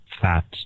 fats